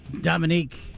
Dominique